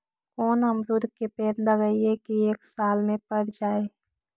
कोन अमरुद के पेड़ लगइयै कि एक साल में पर जाएं?